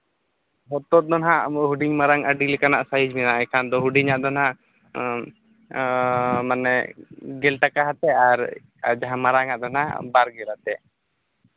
ᱦᱚᱛᱚᱫ ᱫᱚ ᱦᱟᱸᱜ ᱦᱩᱰᱤᱧ ᱢᱟᱨᱟᱝ ᱟᱹᱰᱤ ᱞᱮᱠᱟᱱᱟᱜ ᱥᱟᱭᱤᱡᱽ ᱢᱮᱱᱟᱜᱼᱟ ᱮᱱᱠᱷᱟᱱ ᱫᱚ ᱦᱩᱰᱤᱧᱟᱜ ᱫᱚ ᱦᱟᱸᱜ ᱢᱟᱱᱮ ᱜᱮᱞ ᱴᱟᱞᱟ ᱠᱟᱛᱮᱫ ᱟᱨ ᱡᱟᱦᱟᱸ ᱢᱟᱨᱟᱝᱼᱟᱜ ᱫᱚ ᱦᱟᱸᱜ ᱵᱟᱨ ᱜᱮᱞ ᱠᱟᱛᱮᱫ